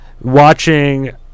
watching